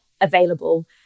available